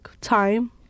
time